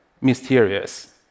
mysterious